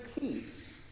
peace